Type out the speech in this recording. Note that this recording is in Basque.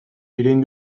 erein